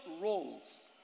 roles